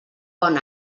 bon